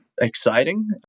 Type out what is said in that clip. exciting